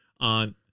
on